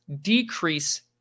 decrease